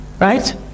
Right